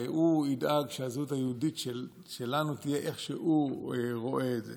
והוא ידאג שהזהות היהודית שלנו תהיה איך שהוא רואה את זה.